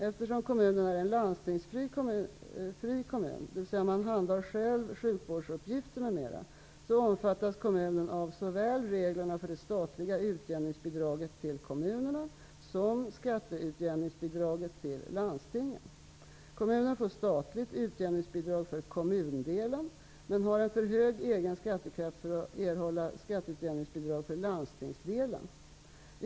Eftersom kommunen är en landstingsfri kommun, dvs. man handhar själv sjukvårdsuppgifter m.m., omfattas av kommunen av såväl reglerna för det statliga utjämningsbidraget till kommunerna som skatteutjämningsbidraget till landstingen. ''kommundelen'' men har en för hög egen skattekraft för att erhålla skatteutjämningsbidrag för ''landstingsdelen''.